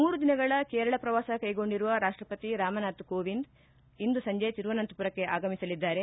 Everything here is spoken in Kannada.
ಮೂರು ದಿನಗಳ ಕೇರಳ ಪ್ರವಾಸ ಕೈಗೊಂಡಿರುವ ರಾಷ್ಲಪತಿ ರಾಮನಾಥ್ ಕೋವಿಂದ್ ಅವರು ಇಂದು ಸಂಜೆ ತಿರುವನಂತಮರಕ್ಷೆ ಆಗಮಿಸಲಿದ್ದಾರೆ